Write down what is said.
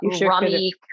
rummy